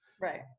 right